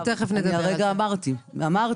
מה הוא הרחיב?